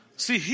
See